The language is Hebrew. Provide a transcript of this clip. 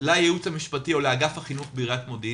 לייעוץ המשפטי או לאגף החינוך בעיריית מודיעין